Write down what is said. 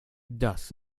das